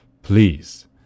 Please